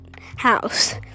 house